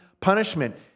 punishment